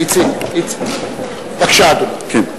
בבקשה, אדוני.